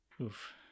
Oof